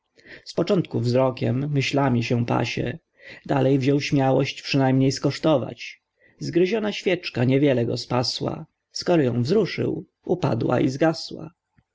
z początku wzrokiem myślami się pasie dalej wziął śmiałość przynajmniej skosztować zgryziona świeczka nie wiele go spasła skoro ją wzruszył upadła i zgasła